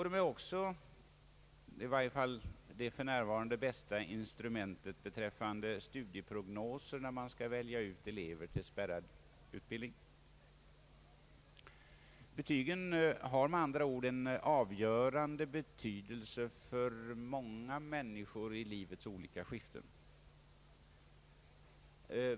De är också det för närvarande bästa instrumentet när man skall göra studieprognoser och välja ut elever till spärrad utbildning. Betygen har med andra ord en av görande betydelse för många människor i livets olika skiften.